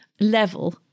level